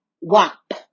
WAP